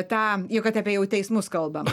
tą jau kad apie jau teismus kalbam